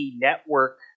network